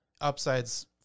upside's